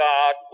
God